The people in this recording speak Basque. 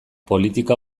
politika